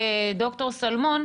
ד"ר שלמון,